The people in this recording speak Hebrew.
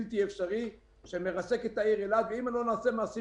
בלתי אפשרי שמרסק את העיר אילת ואם לא נעשה מעשים